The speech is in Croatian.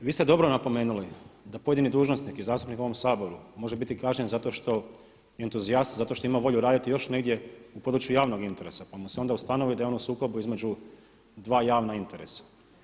Vi ste dobro napomenuli da pojedini dužnosnik i zastupnik u ovom Saboru može biti kažnjen zato što je entuzijast, zato što ima volju raditi još negdje u području javnog interesa pa mu se onda ustanovio da je on u sukobu između dva javna interesa.